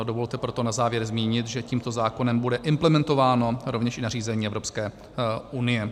Dovolte proto na závěr zmínit, že tímto zákonem bude implementováno rovněž nařízení Evropské unie.